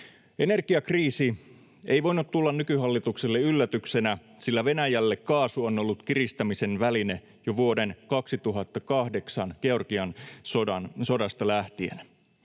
Energiakriisi ei voinut tulla nykyhallitukselle yllätyksenä, sillä Venäjälle kaasu on ollut kiristämisen väline jo vuoden 2008 Georgian sodasta lähtien.